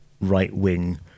right-wing